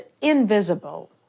invisible